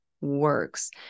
works